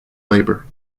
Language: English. labor